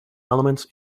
elements